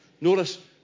Notice